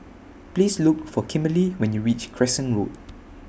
Please Look For Kimberley when YOU REACH Crescent Road